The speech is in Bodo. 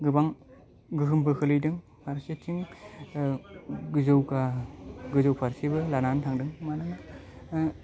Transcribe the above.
गोबां गोहोमबो खोलैदों फारसेथिं जौगा गोजौ फारसेबो लानानै थांदों मानोना